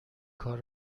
کار